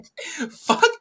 Fuck